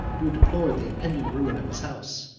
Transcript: who deplored the impending ruin of his house.